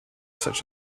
such